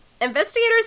investigators